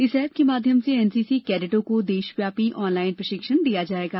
इस ऐप के माध्यम से एनसीसी कैडटों को देशव्यापी ऑनलाइन प्रशिक्षण दिया जाएगा